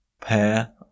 pair